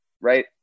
right